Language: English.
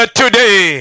today